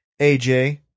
AJ